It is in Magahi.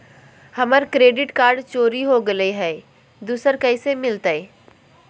हमर क्रेडिट कार्ड चोरी हो गेलय हई, दुसर कैसे मिलतई?